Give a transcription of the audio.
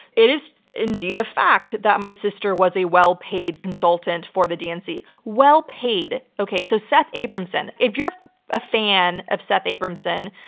it is indeed a fact that my sister was a well-paid consultant for the dnc. well-paid, okay. so, seth abramson, if you're a fan of seth abramson,